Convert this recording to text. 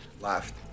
left